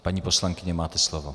Paní poslankyně, máte slovo.